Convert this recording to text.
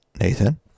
Nathan